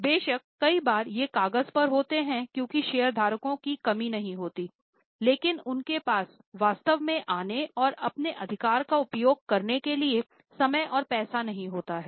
बेशक कई बार ये कागज पर होते हैं क्योंकि शेयरधारकों की कमी नहीं होती है लेकिन उनके पास वास्तव में आने और अपने अधिकार का उपयोग करने के लिए समय और पैसा नहीं होता है